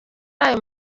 ayo